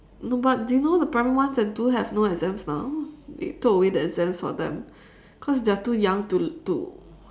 no but do you know the primary ones and two have no exams now they took away the exam for them cause they are too young to to